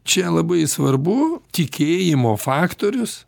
čia labai svarbu tikėjimo faktorius